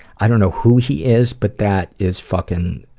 i don't know who he is, but that is fucking